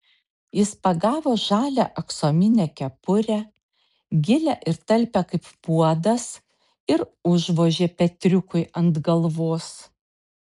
jis pagavo žalią aksominę kepurę gilią ir talpią kaip puodas ir užvožė petriukui ant galvos